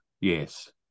yes